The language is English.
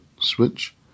Switch